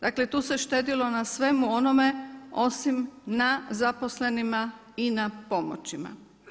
Dakle, tu se štedilo na svemu onome osim na zaposlenima i na pomoćima.